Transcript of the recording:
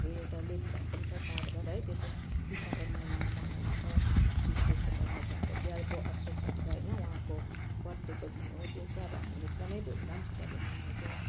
हाम्रो एउटा लेप्चाहरूको पनि छ चाडबाड है त्यो चाहिँ दिसम्बर महिनामा मनाइन्छ बिस दिसम्बरमा चाहिँ अब ग्याल्बो अचोक भन्छ होइन उहाँको बर्थडेको दिन हो त्यो दिन चाहिँ अब हामी एकदमै धुमधामसितले मनाउँछौँ